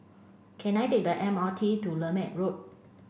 can I take the M R T to Lermit Road